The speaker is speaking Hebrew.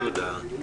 דבר אחד,